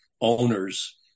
owners